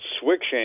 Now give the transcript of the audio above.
switching